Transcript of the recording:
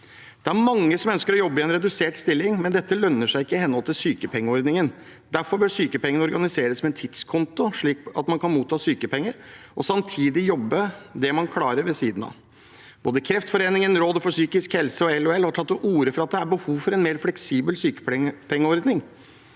Det er mange som ønsker å jobbe i en redusert stilling, men dette lønner seg ikke i henhold til sykepengeordningen. Derfor bør sykepengene organiseres som en tidskonto, slik at man kan motta sykepenger og samtidig jobbe det man klarer ved siden av. Både Kreftforeningen, Rådet for psykisk helse og LHL har tatt til orde for at det er behov for en mer fleksibel sykepengeordning.